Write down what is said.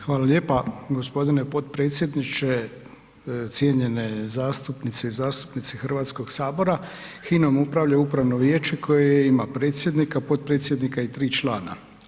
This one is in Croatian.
Hvala lijepa g. potpredsjedniče, cijenjene zastupnice i zastupnici Hrvatskog sabora Hinom upravlja upravno vijeće koje ima predsjednika, potpredsjednika i 3 člana.